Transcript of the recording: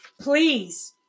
please